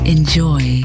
Enjoy